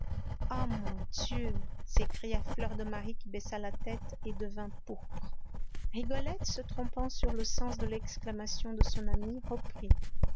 ah mon dieu s'écria fleur de marie qui baissa la tête et devint pourpre rigolette se trompant sur le sens de l'exclamation de son amie reprit